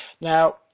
Now